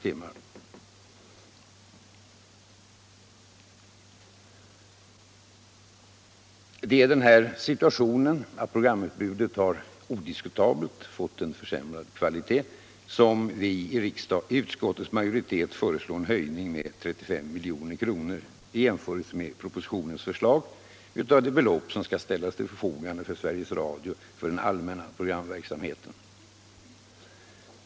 Det är på grund av den här situationen, att programutbudet odiskutabelt fått en försämrad kvalitet, som utskottsmajoriteten föreslår en höjning av anslaget till den allmänna programverksamheten med 35 milj.kr. utöver propositionens förslag.